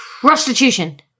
prostitution